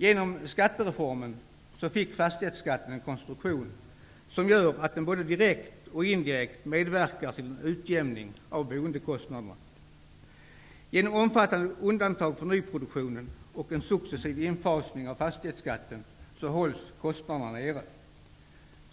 Genom skattereformen fick fastighetsskatten en konstruktion som gör att den både direkt och indirekt medverkar till en utjämning av boendekostnaderna. Genom omfattande undantag för nyproduktionen och en successiv infasning av fastighetsskatten hålls kostnaderna nere.